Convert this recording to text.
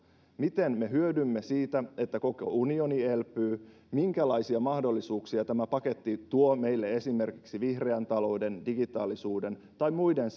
miten me hyödymme siitä että koko unioni elpyy minkälaisia mahdollisuuksia tämä paketti tuo meille esimerkiksi vihreän talouden digitaalisuuden tai muiden